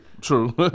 true